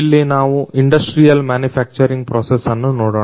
ಇಲ್ಲಿ ನಾವು industrial manufacturing process ಅನ್ನು ನೋಡೊಣ